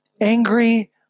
angry